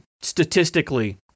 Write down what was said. Statistically